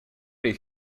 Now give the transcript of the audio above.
did